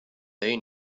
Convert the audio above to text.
they